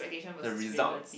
the results